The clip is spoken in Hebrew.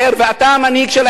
ואתה המנהיג של העדה,